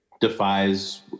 defies